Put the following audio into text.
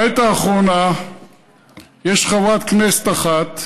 בעת האחרונה יש חברת כנסת אחת,